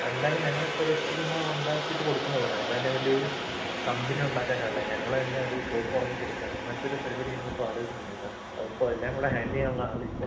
എന്തായാലും ഞങ്ങൾ ഇപ്പം ജസ്റ്റ് ചുമ്മാ ഉണ്ടാക്കിയിട്ട് കൊടുക്കുന്നേയുള്ളൂ ഞങ്ങൾ തന്നെ വലിയ ഒരു കമ്പനി ഉണ്ടാക്കാൻ അല്ല ഞങ്ങൾ തന്നെ ഒരു ഷോപ്പ് തുടങ്ങി കൊടുക്കാൻ അങ്ങനത്തെ ഒരു പരിപാടി ഞങ്ങൾ ഇപ്പോൾ ആലോചിക്കുന്നില്ല ചേട്ടാ അപ്പം എല്ലാം കൂടെ ഹാൻഡിൽ ചെയ്യാനുള്ള ആൾ ഇല്ല